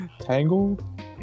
Tangled